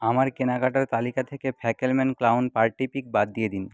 আমার কেনাকাটার তালিকা থেকে ফ্যাকেলম্যান ক্লাউন পার্টি পিক বাদ দিয়ে দিন